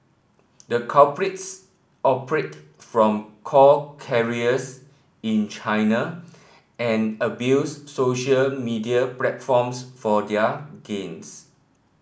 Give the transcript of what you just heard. the culprits operated from call in China and abused social media platforms for their gains